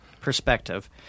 perspective